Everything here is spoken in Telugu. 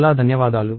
చాలా ధన్యవాదాలు